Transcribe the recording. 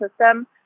system